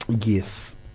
Yes